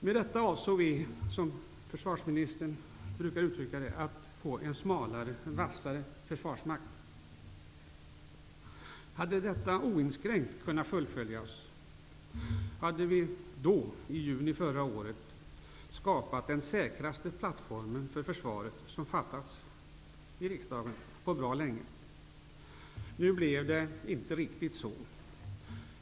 Med detta avsåg vi, som försvarsministern brukar uttrycka det, att få en smalare och vassare försvarsmakt. Om detta hade kunnat fullföljas oinskränkt hade riksdagen då, i juni förra året, fattat beslut om den säkraste plattformen för försvaret på bra länge. Nu blev det inte riktigt så.